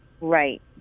right